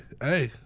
hey